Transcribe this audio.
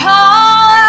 call